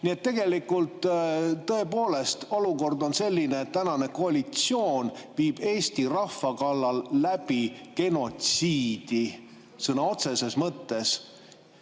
Nii et tegelikult tõepoolest olukord on selline, et tänane koalitsioon viib Eesti rahva kallal läbi genotsiidi sõna otseses mõttes.